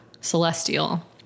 celestial